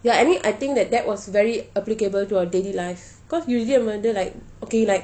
like I mean I think that that was very applicable to our daily life because usually நம்ம வந்து:namma vanthu like okay like